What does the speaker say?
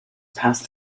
passed